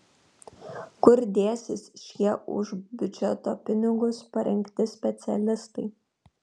kur dėsis šie už biudžeto pinigus parengti specialistai